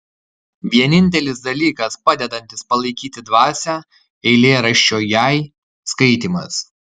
vienintelis dalykas padedantis palaikyti dvasią eilėraščio jei skaitymas